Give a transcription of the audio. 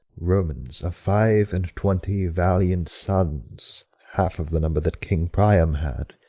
romans, of five and twenty valiant sons, half of the number that king priam had,